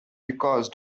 because